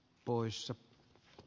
poissa e